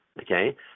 okay